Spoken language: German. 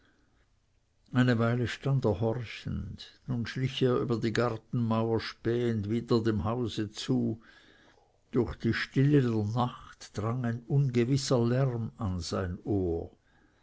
eine weile stand er horchend nun schlich er über die gartenmauer spähend wieder dem hause zu durch die stille der nacht drang ein ungewisser lärm an sein ohr